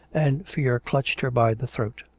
and fear clutched her by the throat.